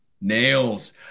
Nails